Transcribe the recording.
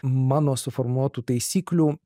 mano suformuotų taisyklių